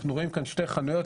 אנחנו רואים כאן שתי חנויות,